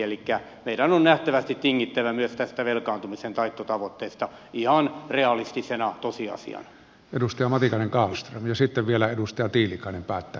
elikkä meidän on nähtävästi tingittävä myös tästä velkaantumisen taiton tavoitteesta ihan realistisena tosiasiana edustaja matikainen kallström ja sitten vielä edusta tiilikainen päättää